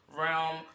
realm